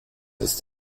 ist